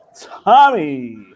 Tommy